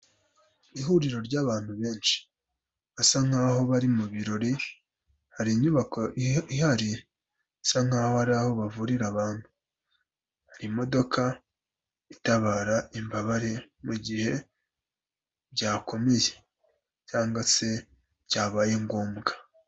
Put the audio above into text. Ihuriro ry'abantu benshi basa nk'aho bari mu birori, hari inyubako ihari isa nk'aho ari aho bavurira abantu, hari imodoka itabara imbabare mu gihe byakomeye cyangwa se byabaye ngombwa.